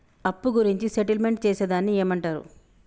అప్పు గురించి సెటిల్మెంట్ చేసేదాన్ని ఏమంటరు?